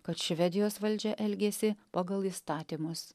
kad švedijos valdžia elgėsi pagal įstatymus